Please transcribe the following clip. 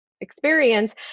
experience